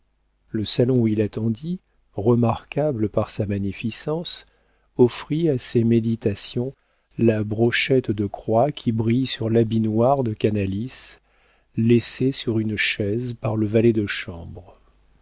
le salon où il attendit remarquable par sa magnificence offrit à ses méditations la brochette de croix qui brille sur l'habit noir de canalis laissé sur une chaise par le valet de chambre